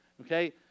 okay